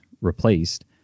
replaced